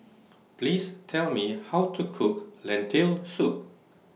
Please Tell Me How to Cook Lentil Soup